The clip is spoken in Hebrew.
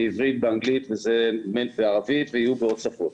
בעברית ואנגלית וערבית ויהיו בעוד שפות.